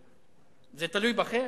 זה תלוי בכם,